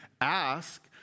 ask